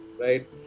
right